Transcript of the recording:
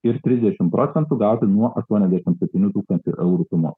ir trisdešimt procentų gauti nuo aštuoniasdešimt septynių tūkstančių eurų sumos